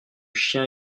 chien